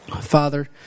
Father